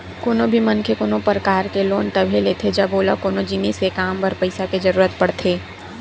कोनो भी मनखे कोनो परकार के लोन तभे लेथे जब ओला कोनो जिनिस के काम बर पइसा के जरुरत पड़थे